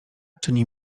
czyni